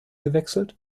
gewechselt